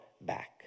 back